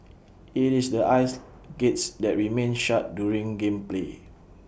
IT is the aisle gates that remain shut during game play